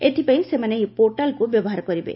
ଏଥିପାଇଁ ସେମାନେ ଏହି ପୋର୍ଟାଲକୁ ବ୍ୟବହାର କରିବେ